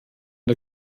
der